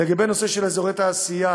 לגבי הנושא של אזורי תעשייה